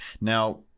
Now